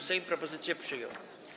Sejm propozycję przyjął.